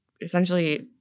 essentially